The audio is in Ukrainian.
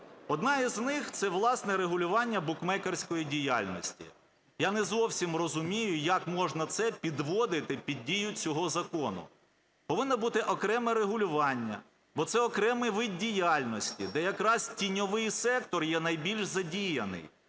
Одна з них – це, власне, регулювання букмекерської діяльності. Я не зовсім розумію, як можна це підводити під дію цього закону. Повинне бути окреме регулювання, бо це – окремий вид діяльності, де якраз тіньовий сектор є найбільш задіяний,